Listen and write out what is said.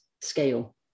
scale